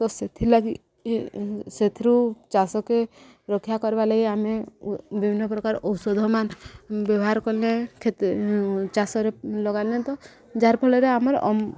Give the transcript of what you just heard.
ତ ସେଥିଲାଗି ସେଥିରୁ ଚାଷକେ ରକ୍ଷା କର୍ବାର୍ ଲାଗି ଆମେ ବିଭିନ୍ନ ପ୍ରକାର ଔଷଧ ମାନ ବ୍ୟବହାର କଲେ କ୍ଷତି ଚାଷରେ ଲଗିଲେତ ଯାହା ଫଳରେ ଆମର